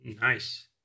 Nice